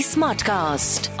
Smartcast